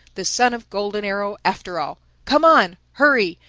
the son of golden arrow, after all come on! hurry!